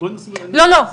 ברגע שתהיה למשק ודאות,